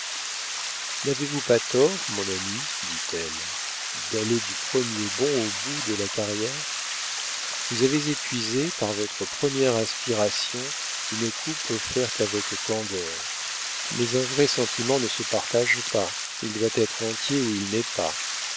n'avez-vous pas tort mon ami dit-elle d'aller du premier bond au bout de la carrière vous avez épuisé par votre première aspiration une coupe offerte avec candeur mais un vrai sentiment ne se partage pas il doit être entier ou il n'est pas